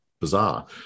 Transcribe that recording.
bizarre